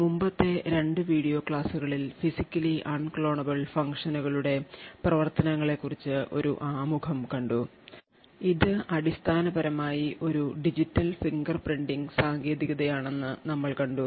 മുമ്പത്തെ 2 വീഡിയോ ക്ലാസ്സുകളിൽ physically unclonable ഫംഗ്ഷനുകളുടെ പ്രവർത്തനങ്ങളെക്കുറിച്ച് ഒരു ആമുഖം കണ്ടു ഇത് അടിസ്ഥാനപരമായി ഒരു ഡിജിറ്റൽ ഫിംഗർപ്രിന്റിംഗ് സാങ്കേതികതയാണെന്ന് നമ്മൾ കണ്ടു